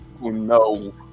no